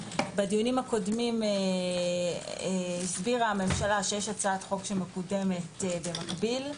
בדיונים הקודמים הממשלה הסבירה שיש הצעת חוק שמקודמת במקביל.